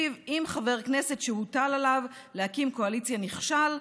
שאם חבר כנסת שהוטל עליו להקים קואליציה נכשל,